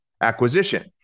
Acquisition